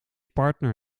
partner